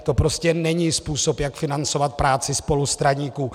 To prostě není způsob, jak financovat práci spolustraníků.